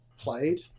played